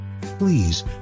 Please